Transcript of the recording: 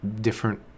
Different